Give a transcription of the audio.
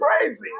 crazy